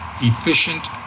efficient